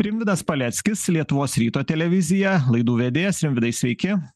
rimvydas paleckis lietuvos ryto televizija laidų vedėjas rimvydai sveiki